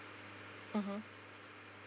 mmhmm